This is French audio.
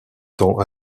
temps